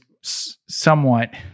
somewhat